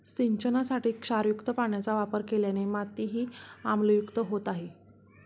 सिंचनासाठी क्षारयुक्त पाण्याचा वापर केल्याने मातीही आम्लयुक्त होत आहे